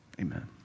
amen